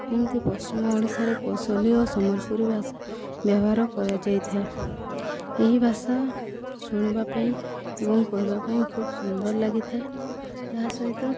ଏମିତି ପଶ୍ଚିମ ଓଡ଼ିଶାରେ କୌଶଳ ଓ ସମ୍ବଲପୁରୀ ଭାଷା ବ୍ୟବହାର କରାଯାଇଥାଏ ଏହି ଭାଷା ଶୁଣିବା ପାଇଁ ଏବଂ କହିବା ପାଇଁ ଖୁବ ସୁନ୍ଦର ଲାଗିଥାଏ ଏହା ସହିତ